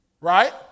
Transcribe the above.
right